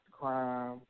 crime